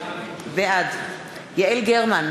בעד יעל גרמן,